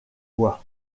bois